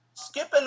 Skipping